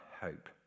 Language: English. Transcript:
hope